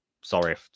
sorry